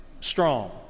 strong